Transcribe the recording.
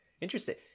interesting